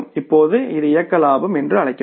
இப்போது இது இயக்க லாபம் என்று அழைக்கப்படும்